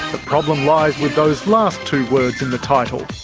the problem lies with those last two words in the title,